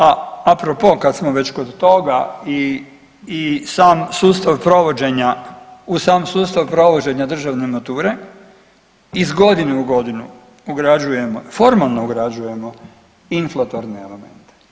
A apro po kad smo već kod toga i, i sam sustav provođenja, u sam sustav provođenja državne mature iz godine u godinu ugrađujemo, formalno ugrađujemo inflatorne elemente.